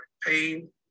pain